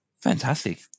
Fantastic